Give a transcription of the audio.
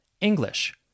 English